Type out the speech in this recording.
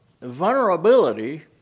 vulnerability